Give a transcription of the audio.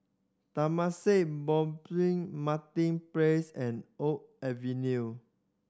Temasek Martin Place and Oak Avenue